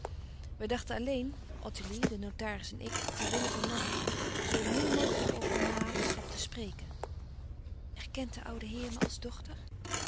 wij dachten alleen ottilie de notaris en ik ter wille van mama zoo min mogelijk over de nalatenschap te spreken erkent de oude heer me als dochter